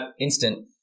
instant